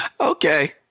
Okay